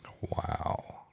Wow